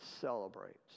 celebrates